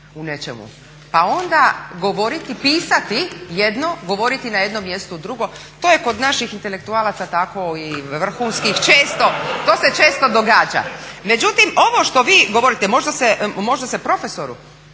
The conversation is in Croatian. pa onda govoriti, pisati jedno a govoriti na jednom mjestu drugo to je kod naših intelektualaca tako i vrhunskih to se često događa. Međutim, ovo što vi govorite, možda se profesoru